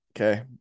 okay